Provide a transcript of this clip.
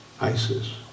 ISIS